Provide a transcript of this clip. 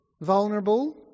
vulnerable